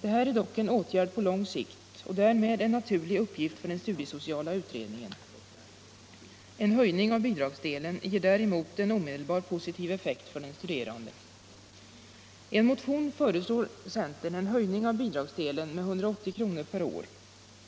Detta är dock en åtgärd på lång sikt och En höjning av bidragsdelen ger däremot en omedelbar positiv effekt för den studerande. I en motion föreslår centern en höjning av bidragsdelen med 180 kr. per år.